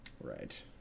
Right